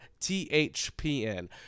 THPN